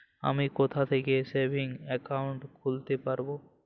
আমি কোথায় থেকে সেভিংস একাউন্ট খুলতে পারবো?